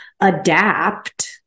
adapt